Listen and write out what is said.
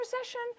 recession